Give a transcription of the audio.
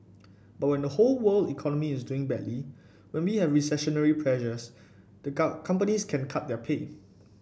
but when the whole world economy is doing badly when we have recessionary pressures the companies can cut their pay